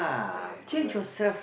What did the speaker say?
correct correct